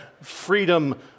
freedom